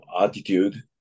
attitude